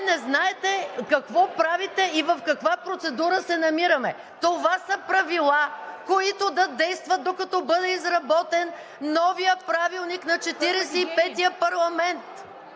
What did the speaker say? не знаете какво правите и в каква процедура се намираме. Това са Правила, които да действат, докато бъде изработен новият Правилник на Четиридесет